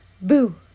boo